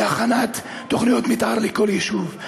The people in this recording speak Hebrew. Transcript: להכנת תוכניות מתאר לכל יישוב,